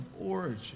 origin